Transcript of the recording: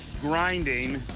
grinding,